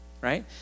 Right